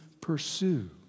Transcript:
pursue